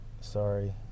Sorry